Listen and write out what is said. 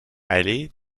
allée